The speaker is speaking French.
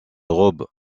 robe